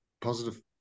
positive